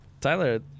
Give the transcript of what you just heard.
Tyler